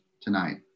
tonight